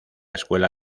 escuela